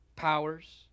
powers